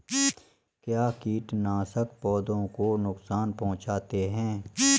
क्या कीटनाशक पौधों को नुकसान पहुँचाते हैं?